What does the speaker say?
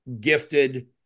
gifted